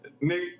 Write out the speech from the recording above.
Nick